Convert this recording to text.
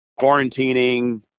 quarantining